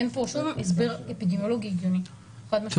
אין פה שום הסבר אפידמיולוגי הגיוני חד-משמעית,